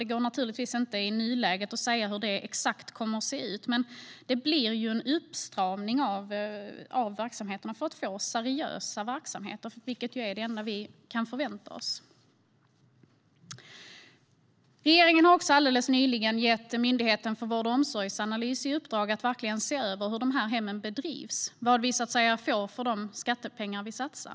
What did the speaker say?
Det går naturligtvis inte i nuläget att säga exakt hur det kommer att se ut, men det handlar om att göra en uppstramning av verksamheterna för att få seriösa verksamheter, vilket ju är det enda vi kan förvänta oss. Regeringen har också alldeles nyligen gett Myndigheten för vård och omsorgsanalys i uppdrag att verkligen se över hur dessa hem bedrivs och vad vi får för de skattepengar vi satsar.